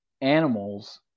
animals